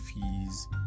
fees